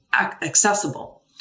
accessible